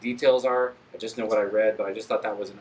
details are just not what i read but i just thought that was